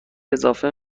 اضافه